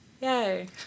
yay